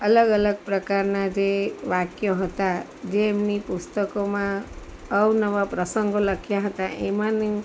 અલગ અલગ પ્રકારના જે વાક્યો હતાં જે એમની પુસ્તકોમાં અવનવા પ્રસંગો લખ્યા હતા એમાંનો